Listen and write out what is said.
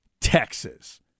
Texas